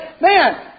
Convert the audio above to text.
man